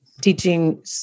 teaching